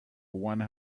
one